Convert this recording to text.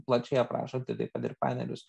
plačiai aprašanti taip pat ir panerius